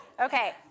Okay